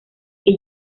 que